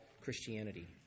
christianity